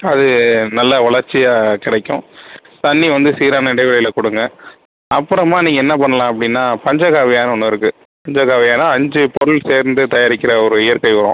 அது நல்லா வளர்ச்சியாக கிடைக்கும் தண்ணி வந்து சீரான இடைவெளியில கொடுங்க அப்புறமா நீங்கள் என்ன பண்ணலாம் அப்படின்னா பஞ்சகாவ்யான்னு ஒன்று இருக்குது பஞ்சகாவ்யானா அஞ்சு பொருள் சேர்ந்து தயாரிக்கிற ஒரு இயற்கை உரம்